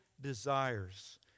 desires